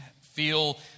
feel